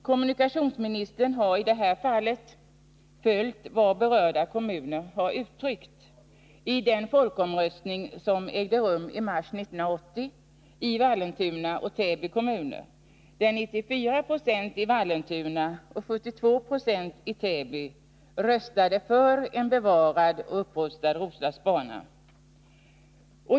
Kommunikationsministern har i det här fallet följt vad berörda kommuner har uttryckt i den folkomröstning som ägde rum i mars 1980 i Vallentuna och Täby kommuner, då 94 90 i Vallentuna och 72 26 i Täby röstade för en bevarad och upprustad Roslagsbana.